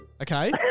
okay